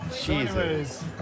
Jesus